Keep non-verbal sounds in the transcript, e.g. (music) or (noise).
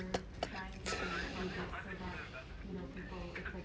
(laughs)